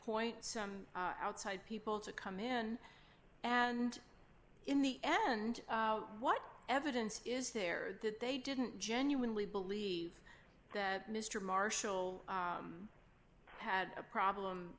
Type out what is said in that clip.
point some outside people to come in and in the end what evidence is there that they didn't genuinely believe that mr marshall had a problem